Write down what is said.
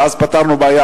ואז פתרנו בעיה,